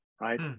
Right